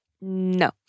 no